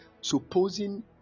supposing